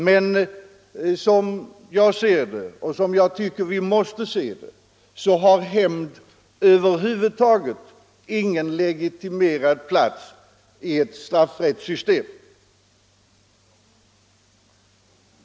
Men som jag ser det och som jag tycker att vi måste se det har hämnd över huvud taget ingen legitimerad plats i ett straff-' rättssystem.